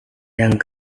yang